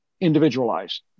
individualized